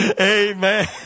Amen